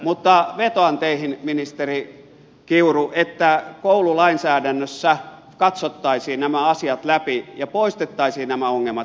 mutta vetoan teihin ministeri kiuru että koululainsäädännössä katsottaisiin nämä asiat läpi ja poistettaisiin nämä ongelmat